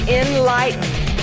enlightened